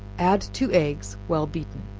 add two eggs, well beaten.